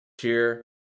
cheer